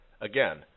Again